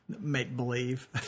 make-believe